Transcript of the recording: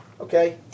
Okay